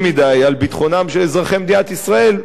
מדי על ביטחונם של אזרחי מדינת ישראל,